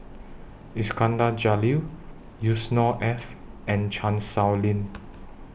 Iskandar Jalil Yusnor Ef and Chan Sow Lin